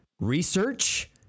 research